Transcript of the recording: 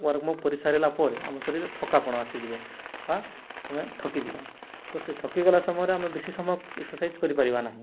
warm up କରିସାରିଲଲା ପରେ ଆମ ଶରୀରେ ଥକାପଣା ଆସିଯିବ ବା ଆମେ ଥକିଯିବା ତ ସେ ଥକିଗଲା ସମୟରେ ଆମେ ବେଶୀ ସମୟ ଏକ୍ସରସାଇଜ କରିପାରିବା ନାହିଁ